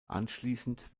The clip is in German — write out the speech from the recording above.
anschließend